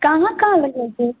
कहाँ कहाँ लगै छै